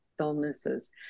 illnesses